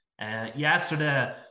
Yesterday